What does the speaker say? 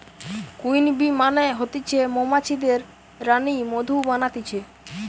queen bee মানে হতিছে মৌমাছিদের রানী মধু বানাতিছে